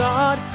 God